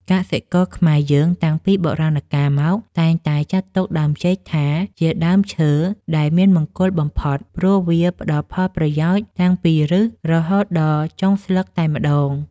កសិករខ្មែរយើងតាំងពីបុរាណកាលមកតែងតែចាត់ទុកដើមចេកថា ជាដើមឈើដែលមានមង្គលបំផុត ព្រោះវាផ្តល់ផលប្រយោជន៍តាំងពីឫសរហូតដល់ចុងស្លឹកតែម្តង។